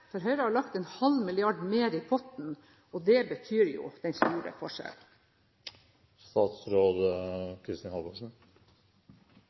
for Høyre har lagt en halv milliard kroner mer i potten. Det er jo den store forskjellen.